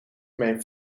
mijn